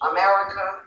America